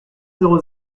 zéro